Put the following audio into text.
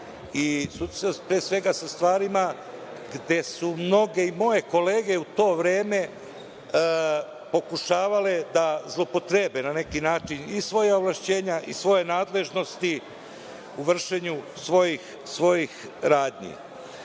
pre svega sa stvarima gde su mnoge moje kolege u to vreme pokušavale da zloupotrebe na neki način i svoja ovlašćenja i svoje nadležnosti u vršenju svojih radnji. Kada